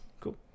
Cool